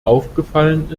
aufgefallen